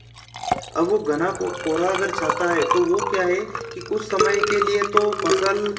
अब वह घना कोहरा अगर छाता है तो वह क्या है कि कुछ समय के लिए तो फ़सल